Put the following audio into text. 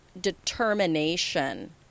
determination